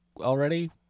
already